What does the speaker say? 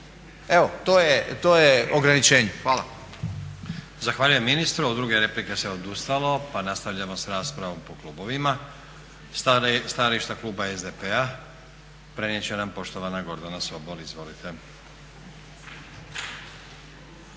Evo to je ograničenje. Hvala. **Stazić, Nenad (SDP)** Zahvaljujem ministru. Od druge replike se odustalo. Pa nastavljamo s raspravom po klubovima. Stajalište kluba SDP-a prenijet će nam poštovana Gordana Sobol. Izvolite.